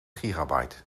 gigabyte